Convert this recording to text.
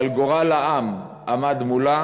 אבל גורל העם עמד מולה